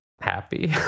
happy